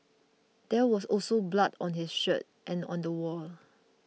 there was also blood on his shirt and on the wall